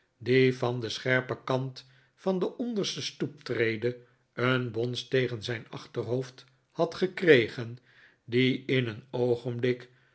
die van den scherpen kant van de onderste stoeptrede een bons tegen zijn achterhoofd had gekregen die in een oogenblik